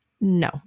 No